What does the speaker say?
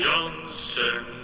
Johnson